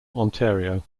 ontario